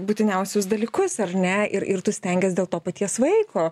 būtiniausius dalykus ar ne ir ir tu stengies dėl to paties vaiko